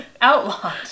outlawed